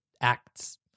acts